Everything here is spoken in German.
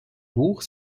buch